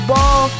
Ball